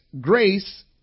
grace